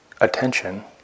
attention